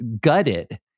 gutted